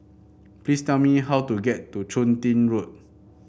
please tell me how to get to Chun Tin Road